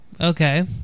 Okay